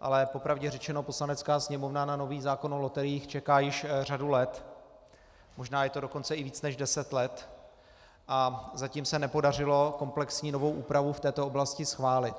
ale po pravdě řečeno, Poslanecká sněmovna na nový zákon o loteriích čeká již řadu let, možná je to dokonce víc než deset let, a zatím se nepodařilo komplexní novou úpravu v této oblasti schválit.